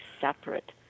separate